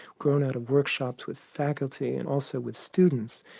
grown out of workshops with faculty and also with students,